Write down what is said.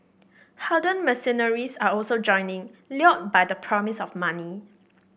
hardened mercenaries are also joining lured by the promise of money